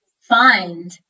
find